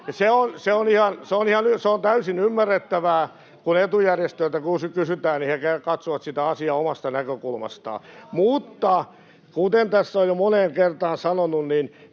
se on täysin ymmärrettävää: kun etujärjestöiltä kysytään, niin he katsovat sitä asiaa omasta näkökulmastaan. Kuten tässä olen jo moneen kertaan sanonut, tämä